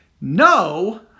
no